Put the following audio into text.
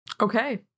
Okay